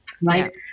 right